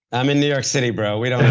i'm in new york city bro, we